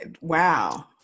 wow